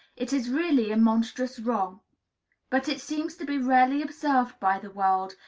it is really a monstrous wrong but it seems to be rarely observed by the world,